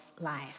life